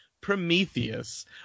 Prometheus